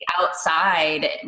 outside